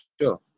sure